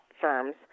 firms